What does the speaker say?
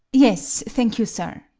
yes, thank you, sir.